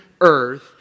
earth